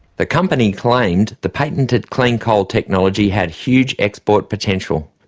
the company claimed the patented clean coal technology had huge export potential.